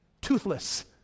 toothless